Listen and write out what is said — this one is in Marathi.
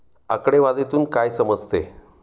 आकडेवारीतून काय समजते?